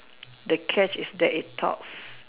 the catch is that it talks